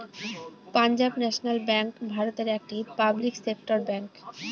Punjab national bank ভারতের একটি public sector bank